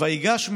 // וייגש,